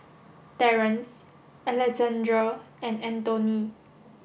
Terence Alexandrea and Antone